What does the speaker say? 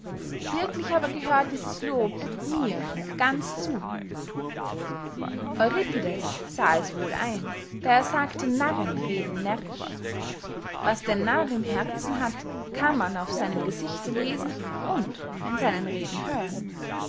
wirklich aber gehört dieses lob mir ganz zu euripides sah es wohl ein da er sagte narren reden närrisch was der narr im herzen hat kann man auf seinem gesichte lesen und in seinen reden hören